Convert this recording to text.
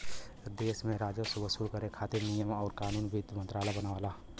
देश में राजस्व वसूल करे खातिर नियम आउर कानून वित्त मंत्रालय बनावला